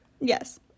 yes